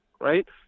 right